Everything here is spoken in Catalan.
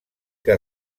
que